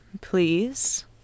Please